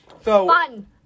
Fun